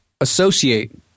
associate